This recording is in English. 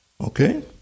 Okay